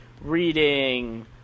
reading